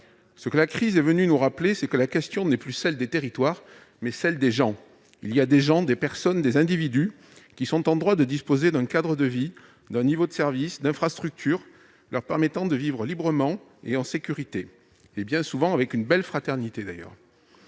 Ce que la crise est venue nous rappeler, c'est que la question qui se pose est non plus celle des territoires, mais celle des gens. Il y a des gens, des personnes, des individus qui sont en droit de disposer d'un cadre de vie, d'un niveau de services, d'infrastructures leur permettant de vivre librement et en sécurité, bien souvent dans une belle fraternité d'ailleurs.